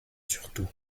surtout